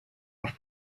als